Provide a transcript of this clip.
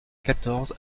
quatorze